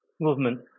movement